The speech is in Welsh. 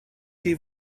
chi